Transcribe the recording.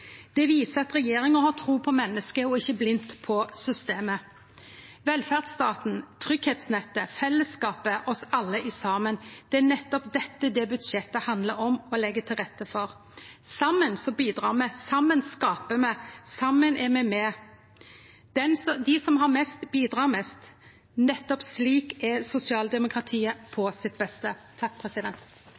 Det viser at regjeringa har tru på menneske – og ikkje blindt på systemet. Velferdsstaten, tryggleiksnettet, fellesskapet, oss alle saman – det er nettopp det dette budsjettet handlar om å leggje til rette for. Saman bidreg me, saman skapar me, saman er me med. Dei som har mest, bidreg mest. Nettopp slik er sosialdemokratiet på sitt beste.